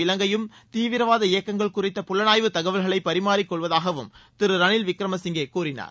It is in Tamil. இலங்கையும் தீவிரவாத இயக்கங்கள் குறித்த புலனாய்வு தகவல்களை பரிமாறிக் கொள்வதாகவும் திரு ரணில் விக்ரமசிங்கே கூறினார்